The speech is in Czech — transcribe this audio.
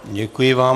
Děkuji vám.